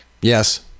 yes